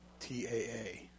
TAA